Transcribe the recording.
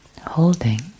holding